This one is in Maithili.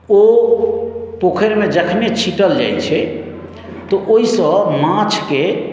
ओ पोखरिमे जखने छीटल जाइत छै तऽ ओहिसँ माछकेँ